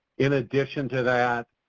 in addition to that,